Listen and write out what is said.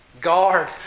guard